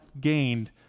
gained